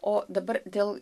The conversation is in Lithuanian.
o dabar dėl